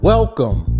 Welcome